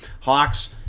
Hawks